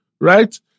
Right